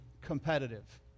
competitive